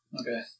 Okay